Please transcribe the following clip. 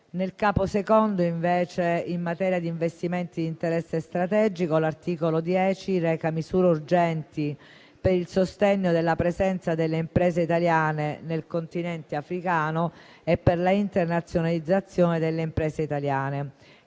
Nel Capo II, invece, in materia di investimenti di interesse strategico, l'articolo 10 reca misure urgenti per il sostegno della presenza delle imprese italiane nel Continente africano e per l'internazionalizzazione delle imprese italiane.